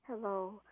Hello